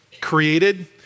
created